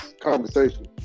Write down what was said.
conversation